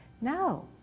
No